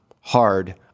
hard